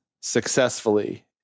successfully